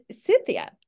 Cynthia